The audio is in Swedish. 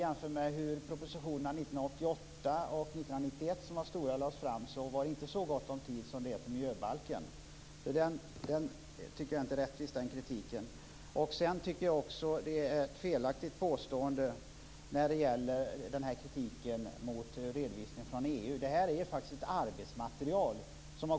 Jämför med de stora propositioner som lades fram 1988 och 1991. Då gavs det inte så gott om tid som för miljöbalken. Jag tycker inte att den kritiken är rättvis. Jag tycker kritiken mot redovisningen från EU är felaktig. Det är faktiskt ett internt arbetsmaterial.